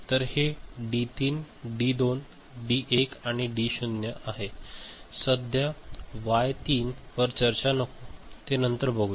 तर हे D 3 D 2 D 1 आणि डी 0 सध्या वाय 3 वर चर्चा नको ते नंतर बघूया